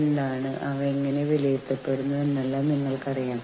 ഞങ്ങൾ ഒരു യൂണിയൻ ഉണ്ടാക്കാൻ പോകുന്നുവെന്ന് അവർ ജനങ്ങളോട് പറയുന്നു